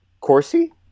Corsi